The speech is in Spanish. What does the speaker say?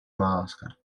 madagascar